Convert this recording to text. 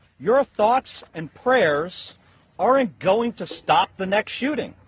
your thoughts and prayers aren't going to stop the next shooting